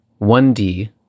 1D